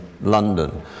London